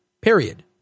period